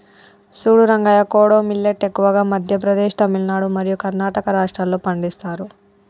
సూడు రంగయ్య కోడో మిల్లేట్ ఎక్కువగా మధ్య ప్రదేశ్, తమిలనాడు మరియు కర్ణాటక రాష్ట్రాల్లో పండిస్తారు